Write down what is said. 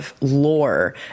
lore